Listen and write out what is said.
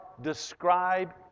describe